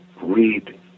read